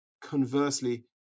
Conversely